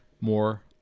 more